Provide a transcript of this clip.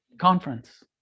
conference